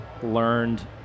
learned